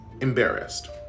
embarrassed